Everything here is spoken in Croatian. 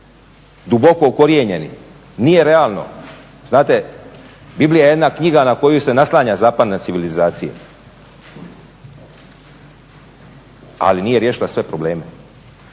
duboko ukorijenjeni. Nije realno. Znate, Biblija je jedna knjiga na koju se naslanja zapadna civilizacija ali nije riješila sve probleme.